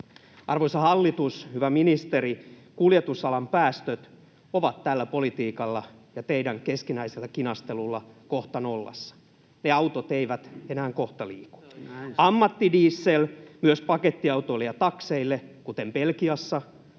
Arvoisa hallitus, hyvä ministeri, kuljetusalan päästöt ovat tällä politiikalla ja teidän keskinäisellä kinastelullanne kohta nollassa. Ne autot eivät enää kohta liiku. Ammattidiesel, myös pakettiautoille ja takseille, kuten Belgiassa,